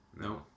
No